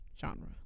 genre